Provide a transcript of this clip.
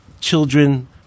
children